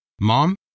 Mom